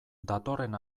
datorren